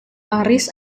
paris